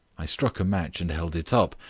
i struck a match and held it up.